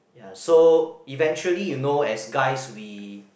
ya so eventually you know as guys we